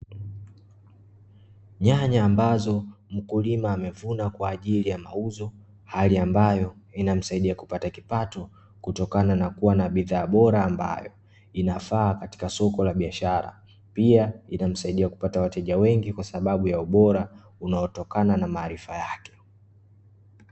Nyanya ambazo mkulima amevuna kwaajili ya mauzo hali ambayo inamsaidia kupata kipato kutokana na kuwa na bidhaa bora ambayo inafaa katika soko la biashara. Pia inamsaidia kupata wateja wengi kwasababu ya ubora unaotokana na maarifa yake.